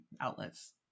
outlets